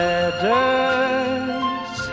Letters